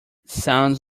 sounds